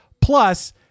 Plus